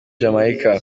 jamaica